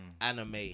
anime